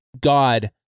God